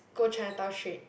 go Chinatown straight